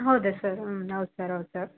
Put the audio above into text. ಹೌದಾ ಸರ್ ಹ್ಞೂ ಹೌದು ಸರ್ ಹೌದು ಸರ್